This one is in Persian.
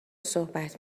صحبت